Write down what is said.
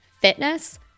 fitness